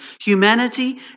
humanity